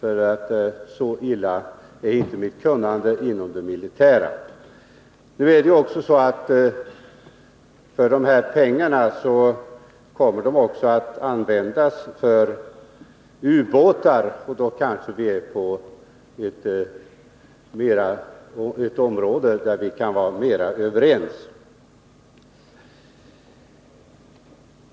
Så dåligt är inte mitt kunnande om det militära. De här pengarna kommer också att användas för ubåtar typ A 17, och då rör det sig kanske om ett område där vi kan vara mer överens.